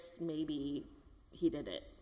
maybe-he-did-it